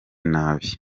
nabi